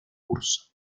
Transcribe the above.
curso